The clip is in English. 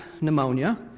pneumonia